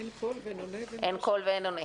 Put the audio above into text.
אין קול ואין עונה.